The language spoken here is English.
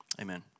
amen